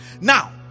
Now